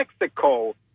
Mexico